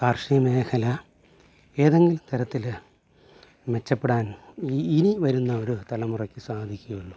കാർഷിക മേഖല ഏതെങ്കിലും തരത്തിൽ മെച്ചപ്പെടാൻ ഇനി വരുന്ന ഒരു തലമുറയ്ക്ക് സാധിക്കുകയുള്ളൂ